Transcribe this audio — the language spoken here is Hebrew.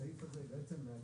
הסעיף הזה היא בעצם להרחיב